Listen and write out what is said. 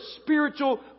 spiritual